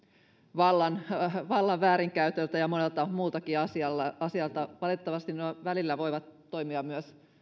vallan vallan väärinkäytöltä ja monelta muultakin asialta asialta valitettavasti ne välillä voivat toimia myös